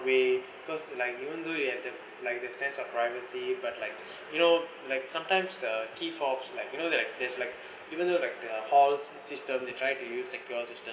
way cause like you want do you have the like the sense of privacy but like you know like sometimes the key fobs like you know like there's like even though like the halls system they try to use secure system